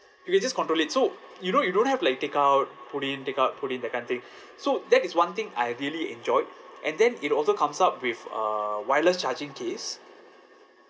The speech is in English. you can just control it so you know you don't have to like take out put in take out put in that kind of thing so that is one thing I really enjoyed and then it also comes up with uh wireless charging case